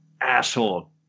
asshole